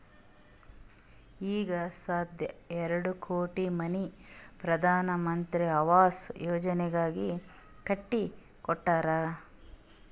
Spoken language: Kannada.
ಈಗ ಸಧ್ಯಾ ಎರಡು ಕೋಟಿ ಮನಿ ಪ್ರಧಾನ್ ಮಂತ್ರಿ ಆವಾಸ್ ಯೋಜನೆನಾಗ್ ಕಟ್ಟಿ ಕೊಟ್ಟಾರ್